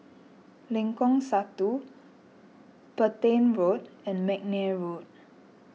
Lengkong Satu Petain Road and McNair Road